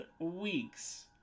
weeks